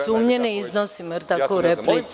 Sumnje ne iznosimo.